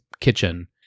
kitchen